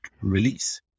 release